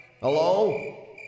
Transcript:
Hello